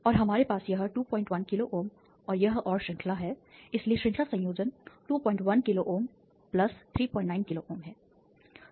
और हमारे पास यह 21 किलोΩ और यह और श्रृंखला है इसलिए श्रृंखला संयोजन 21 किलोΩ39 किलोΩ है